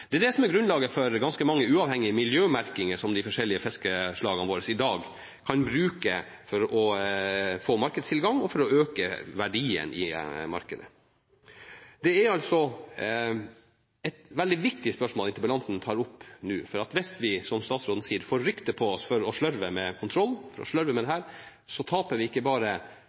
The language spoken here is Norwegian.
Det er det som er grunnlaget for ganske mange uavhengige miljømerkinger som de forskjellige fiskeslagene våre i dag kan bruke for å få markedstilgang og for å øke verdien i markedet. Det er altså et veldig viktig spørsmål interpellanten tar opp nå. Hvis vi, som statsråden sier, får rykte på oss for å slurve med kontroll, svindler vi ikke bare